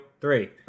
three